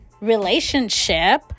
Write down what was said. relationship